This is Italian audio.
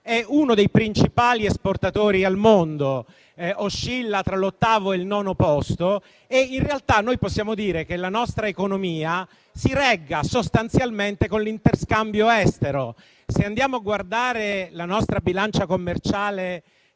è uno dei principali esportatori al mondo, collocandosi tra l'ottavo e il nono posto. Possiamo dire dunque che la nostra economia si regga sostanzialmente sull'interscambio estero: se andiamo a guardare la nostra bilancia commerciale